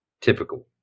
typical